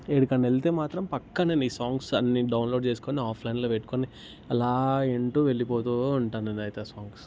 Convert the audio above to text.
ఎక్కడకన్నా వెళితే మాత్రం పక్కా మేము ఈ సాంగ్స్ అన్నీ డౌన్లోడ్ చేసుకొని ఆఫ్లైన్లో పెట్టుకొని అలా వింటు వెళ్ళిపోతు ఉంటాను నేనైతే ఆ సాంగ్సు